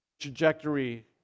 trajectory